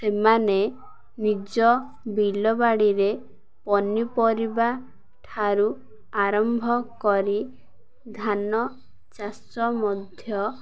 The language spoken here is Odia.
ସେମାନେ ନିଜ ବିଲବାଡ଼ିରେ ପନିପରିବା ଠାରୁ ଆରମ୍ଭ କରି ଧାନ ଚାଷ ମଧ୍ୟ